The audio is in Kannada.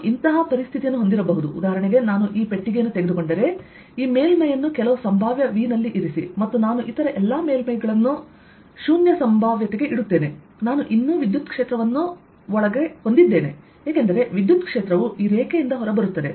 ನಾನು ಇಂತಹ ಪರಿಸ್ಥಿತಿಯನ್ನು ಹೊಂದಿರಬಹುದು ಉದಾಹರಣೆಗೆ ನಾನು ಈ ಪೆಟ್ಟಿಗೆಯನ್ನು ತೆಗೆದುಕೊಂಡರೆ ಈ ಮೇಲ್ಮೈಯನ್ನು ಕೆಲವು ಸಂಭಾವ್ಯ V ನಲ್ಲಿ ಇರಿಸಿ ಮತ್ತು ನಾನು ಇತರ ಎಲ್ಲ ಮೇಲ್ಮೈಗಳನ್ನು 0 ಸಂಭಾವ್ಯತೆಗೆ ಇಡುತ್ತೇನೆ ನಾನು ಇನ್ನೂ ವಿದ್ಯುತ್ಕ್ಷೇತ್ರವನ್ನು ಒಳಗೆ ಹೊಂದಿದ್ದೇನೆ ಏಕೆಂದರೆ ವಿದ್ಯುತ್ಕ್ಷೇತ್ರವು ಈ ರೇಖೆಯಿಂದ ಹೊರಬರುತ್ತದೆ